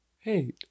Hey